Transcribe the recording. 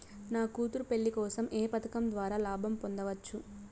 నా కూతురు పెళ్లి కోసం ఏ పథకం ద్వారా లాభం పొందవచ్చు?